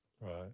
Right